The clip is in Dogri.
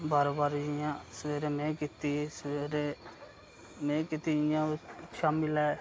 बारी बारी जियां सबेरे में कीती सबेरे मी कीती इयां शामी लै